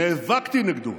נאבקתי נגדו